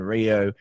Rio